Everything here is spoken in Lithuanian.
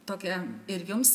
tokią ir jums